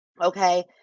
Okay